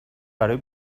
برای